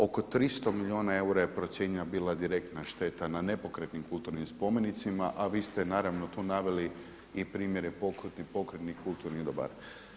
Oko 300 milijuna eura je bila procijenjena bila direktna šteta na nepokretnim kulturnim spomenicima, a vi ste naravno tu naveli i primjere pokretnih kulturnih dobara.